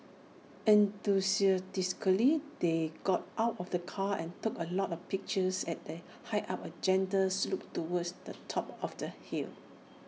enthusiastically they got out of the car and took A lot of pictures as they hiked up A gentle slope towards the top of the hill